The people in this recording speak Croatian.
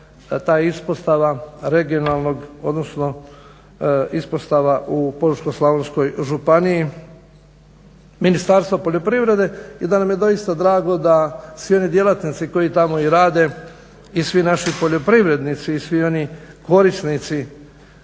taj ispostava regionalnog, odnosno ispostava u Požeško-slavonskoj županiji, Ministarstvo poljoprivrede. I da nam je doista drago da svi oni djelatnici koji tamo i rade, i svi naši poljoprivrednici, i svi oni korisnici